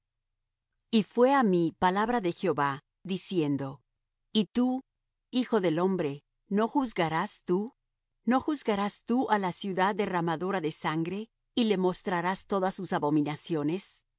y fué á mí palabra de jehová diciendo y tú hijo del hombre no juzgarás tú no juzgarás tú á la ciudad derramadora de sangre y le mostrarás todas sus abominaciones